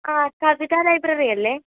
ആ സവിത ലൈബ്രറിയല്ലേ